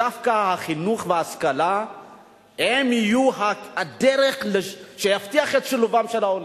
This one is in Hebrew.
הוא שדווקא החינוך וההשכלה יהיו הדרך שתבטיח את שילובם של העולים.